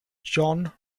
john